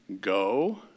Go